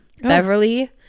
Beverly